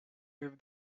live